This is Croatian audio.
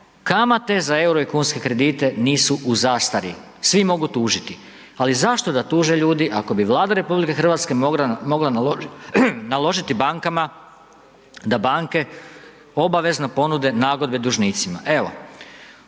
kamate za EUR-o i kunske kredite nisu u zastari, svi mogu tužiti, ali zašto da tuže ljudi ako bi Vlada RH mogala naložiti bankama da banke obavezno ponude nagodbe dužnicima.